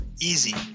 Easy